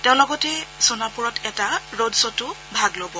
তেওঁ লগতে সোণাপুৰত এটা ৰড শ্বতো ভাগ লব